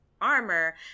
armor